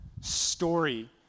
story